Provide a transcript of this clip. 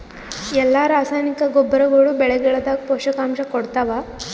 ಎಲ್ಲಾ ರಾಸಾಯನಿಕ ಗೊಬ್ಬರಗೊಳ್ಳು ಬೆಳೆಗಳದಾಗ ಪೋಷಕಾಂಶ ಕೊಡತಾವ?